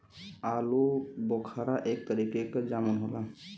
आलूबोखारा एक तरीके क जामुन होला